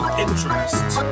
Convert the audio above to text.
interest